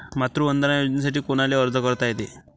मातृवंदना योजनेसाठी कोनाले अर्ज करता येते?